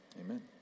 Amen